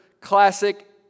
classic